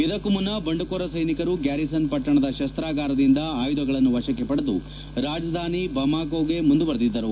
ಇದಕ್ಕೂ ಮುನ್ನ ಬಂಡುಕೋರ ಸೈನಿಕರು ಗ್ವಾರಿಸನ್ ಪಟ್ಟಣದ ಶಸ್ತಾಗಾರದಿಂದ ಆಯುಧಗಳನ್ನು ವಶಕ್ಕೆ ಪಡೆದು ರಾಜಧಾನಿ ಬಮಾಕೋಗೆ ಮುಂದುವರೆದಿದ್ದರು